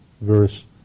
verse